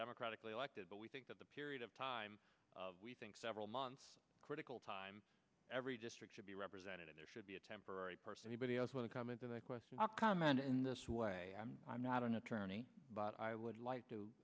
democratically elected but we think that the period of time of we think several months critical time every district should be represented in there should be a temporary person a body else wanna come into the question or comment in this way i'm not an attorney but i would like to